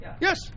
yes